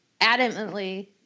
adamantly